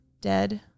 dead